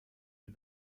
dem